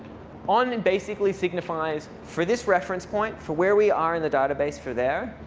on basically signifies, for this reference point, for where we are in the database for there,